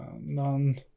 None